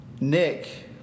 Nick